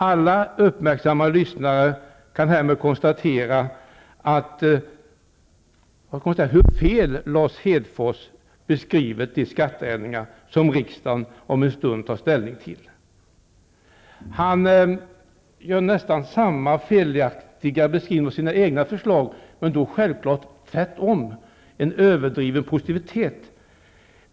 Alla uppmärksamma lyssnare kan härmed konstatera hur fel Lars Hedfors beskrivit de skatteändringar som riksdagen om en stund tar ställning till. Han gör nästan samma felaktiga beskrivning av sina egna förslag, men då självfallet tvärtom. Han är överdrivet positiv i stället.